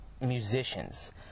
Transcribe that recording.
musicians